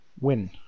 win